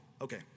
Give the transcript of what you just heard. Okay